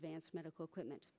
advanced medical equipment